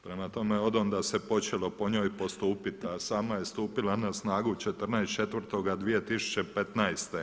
Prema tome odonda se počelo po njoj postupati a sama je stupila na snagu 14.4.2015.